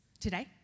today